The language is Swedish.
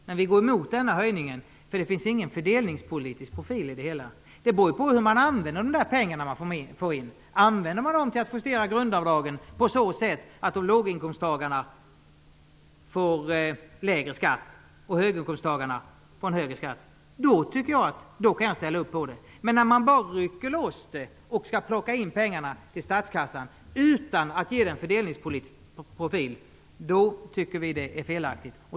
Men vi går emot höjningen därför att det inte finns någon fördelningspolitisk profil. Det har betydelse hur man använder de pengar man får in. Använder man dem till att justera grundavdragen på så sätt att låginkomsttagarna får lägre skatt och höginkomsttagarna får högre skatt kan jag ställa upp, men vi tycker att det är fel att bara rycka loss pengarna och plocka in dem till statskassan utan att ge åtgärden en fördelningspolitisk profil.